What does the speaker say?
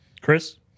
Chris